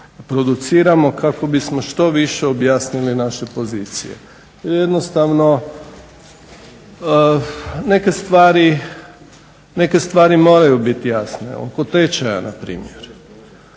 produciramo kako bi smo što više objasnili naše pozicije. Jer jednostavno neke stvari moraju biti jasne, oko tečaja npr.,